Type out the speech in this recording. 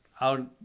out